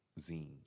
zines